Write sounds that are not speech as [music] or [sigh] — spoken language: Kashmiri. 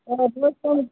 [unintelligible]